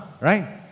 right